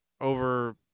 over